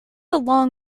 long